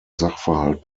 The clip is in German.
sachverhalt